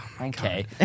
Okay